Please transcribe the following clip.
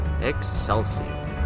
Excelsior